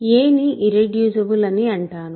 a ని irreducible అని అంటాను